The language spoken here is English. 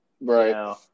Right